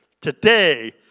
Today